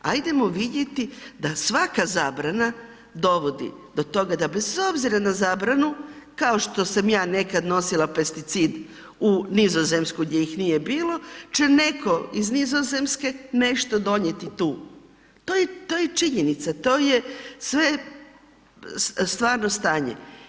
Ajdemo vidjeti da svaka zabrana dovodi do toga da bez obzira na zabranu kao što sam ja nekad nosila pesticid u Nizozemsku gdje ih nije bilo će netko iz Nizozemske nešto donijeti tu, to je činjenica, to je sve stvarno stanje.